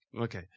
Okay